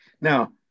Now